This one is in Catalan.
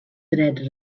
dret